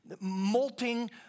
molting